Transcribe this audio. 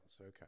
Okay